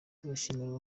ndabashimira